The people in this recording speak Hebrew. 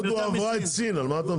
הודו עברה את סין, על מה אתה מדבר?